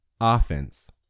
offense